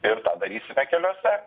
ir tą darysime keliuose